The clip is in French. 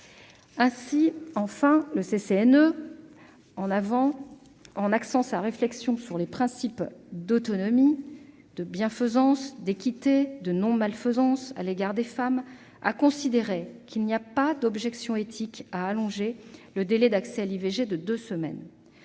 semaines de grossesse. Enfin, en axant sa réflexion sur les principes d'autonomie, de bienfaisance, d'équité et de non-malfaisance à l'égard des femmes, le CCNE a considéré qu'il n'y avait pas d'objection éthique à allonger le délai d'accès à l'IVG de deux semaines.